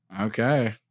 okay